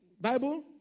Bible